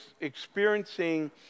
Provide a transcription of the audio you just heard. experiencing